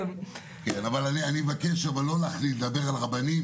אבל אני יכול להכניס מגבלה למספר גופי כשרויות?